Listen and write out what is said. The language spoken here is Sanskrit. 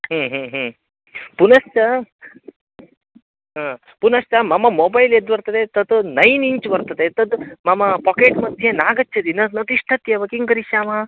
पुनश्च आ पुनश्च मम मोबैल् यद्वर्तते तत् नैन् इञ्च् वर्तते तद् मम पोकेट्मध्ये नागच्छति न न तिष्ठत्येव किं करिष्यामः